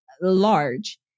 large